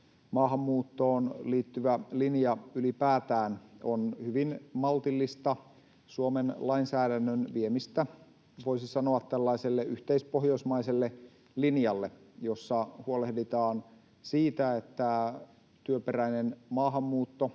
maahanmuuttoon liittyvä linja ylipäätään on hyvin maltillista Suomen lainsäädännön viemistä, voisi sanoa, tällaiselle yhteispohjoismaiselle linjalle, jossa huolehditaan siitä, että työperäinen maahanmuutto